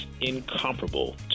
incomparable